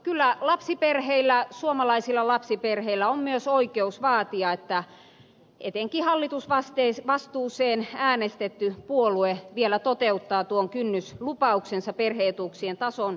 kyllä suomalaisilla lapsiperheillä on myös oikeus vaatia että etenkin hallitusvastuuseen äänestetty puolue vielä toteuttaa tuon kynnyslupauksensa perhe etuuksien tason turvaamisesta